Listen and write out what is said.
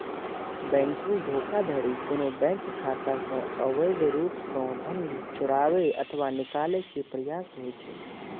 banking धोखाधड़ी कोनो bank खाता सं अवैध रूप सं धन चोराबै अथवा निकाले के प्रयास होइ छै